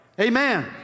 Amen